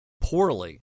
poorly